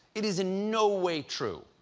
it is is no way true.